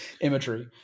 imagery